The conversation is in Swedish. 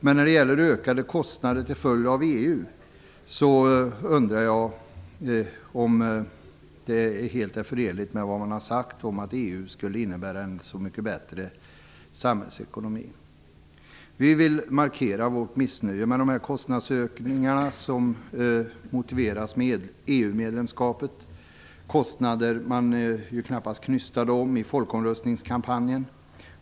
Men när det gäller ökade kostnader till följd av EU undrar jag om det är förenligt med vad man har sagt, att EU skulle innebära en så mycket bättre samhällsekonomi. Vi vill markera vårt missnöje med dessa kostnadsökningar som motiveras med EU-medlemskapet. Detta är kostnader man knappast knystade om i folkomröstningskampanjen.